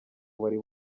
wari